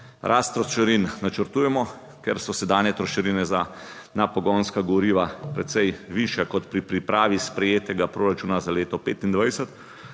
Rast trošarin načrtujemo, ker so sedanje trošarine na pogonska goriva precej višja kot pri pripravi sprejetega proračuna. Za leto 2025